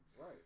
Right